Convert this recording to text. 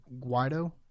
Guido